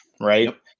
right